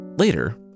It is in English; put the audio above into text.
Later